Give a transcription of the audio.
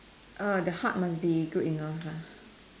uh the heart must be good enough lah